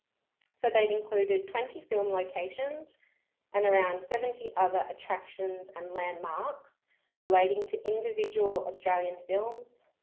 so they've included twenty film locations and around seventy other attractions and landmarks relating to individual australian films,